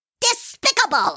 Despicable